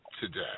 today